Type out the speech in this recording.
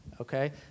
okay